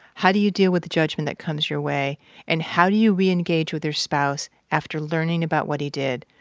how do you deal with the judgment that comes your way and how do you reengage with their spouse after learning about what he did?